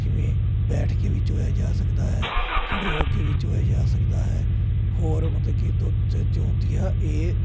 ਜਿਵੇਂ ਬੈਠ ਕੇ ਵੀ ਚੋਇਆ ਜਾ ਸਕਦਾ ਹੈ ਖੜੇ ਹੋ ਕੇ ਵੀ ਚੋਇਆ ਜਾ ਸਕਦਾ ਹੈ ਹੋਰ ਮਤਲਬ ਕਿ ਦੁੱਧ ਚੋਣ ਦੀਆਂ ਇਹ